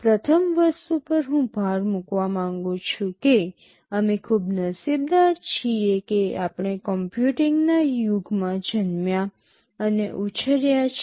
પ્રથમ વસ્તુ પર હું ભાર મૂકવા માંગું છું કે અમે ખૂબ નસીબદાર છીએ કે આપણે કોમ્પ્યુટિંગના યુગમાં જન્મ્યા અને ઉછર્યા છે